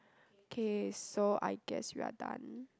K so I guess we are done